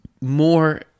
more